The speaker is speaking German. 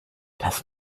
das